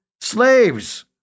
slaves